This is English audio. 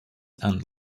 and